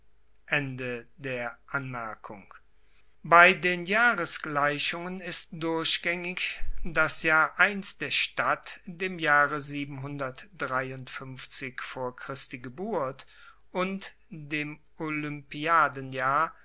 bei den jahresgleichungen ist durchgaengig das jahr der stadt dem jahre vor christi geburt und dem